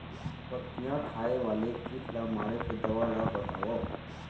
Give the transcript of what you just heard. पत्तियां खाए वाले किट ला मारे के दवा ला बतावव?